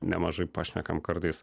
nemažai pašnekam kartais